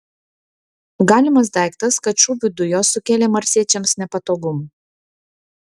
galimas daiktas kad šūvių dujos sukėlė marsiečiams nepatogumų